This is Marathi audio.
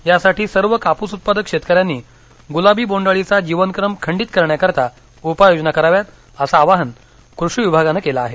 यासाठी सर्व कापुस उत्पादक शेतकऱ्यांनी गुलाबी बोंड अळीचा जीवनक्रम खंडीत करण्याकरता उपाययोजना कराव्यात असं आवाहन कृषि विभागानं केलं आहे